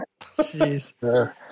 Jeez